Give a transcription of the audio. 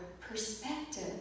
perspective